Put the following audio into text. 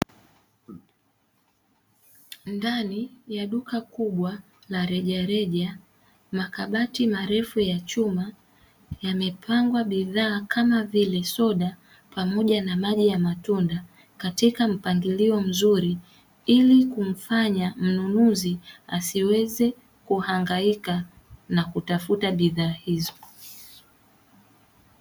Ndani ya duka kubwa la rejareja makabati marefu ya chuma yamepangwa bidhaa kama vile: soda, pamoja na maji ya matunda katika mpangilio mzuri; ili kumfanya mnunuzi asiweze kuhangaika na kutafuta bidhaa hizo.